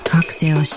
Cocktail